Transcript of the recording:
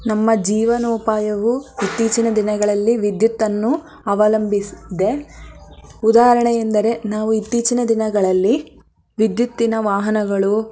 ನಮ್ಮ ಜೀವನೋಪಾಯವು ಇತ್ತೀಚಿನ ದಿನಗಳಲ್ಲಿ ವಿದ್ಯುತ್ತನ್ನು ಅವಲಂಬಿಸಿದೆ ಉದಾಹರಣೆ ಎಂದರೆ ನಾವು ಇತ್ತೀಚಿನ ದಿನಗಳಲ್ಲಿ ವಿದ್ಯುತ್ತಿನ ವಾಹನಗಳು